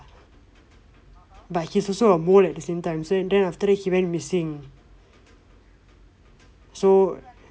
but he's also a mole at the same time so then after he went missing so